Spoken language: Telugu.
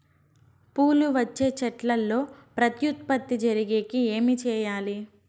పూలు వచ్చే చెట్లల్లో ప్రత్యుత్పత్తి జరిగేకి ఏమి చేయాలి?